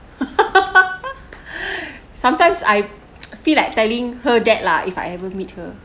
sometimes I feel like telling her that lah if I ever meet her